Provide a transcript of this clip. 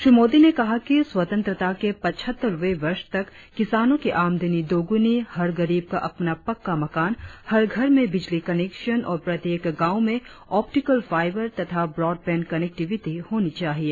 श्री मोदी ने कहा कि स्वतंत्रता के पिचहत्तरवें वर्ष तक किसानों की आमदनी दोगुनी हर गरीब का अपना पक्का मकान हर घर में बिजली कनेक्शन और प्रत्येक गांच में ऑप्टिकल फाइबर तथा ब्रॉडबैंड कनेक्टीविटी होनी चाहिए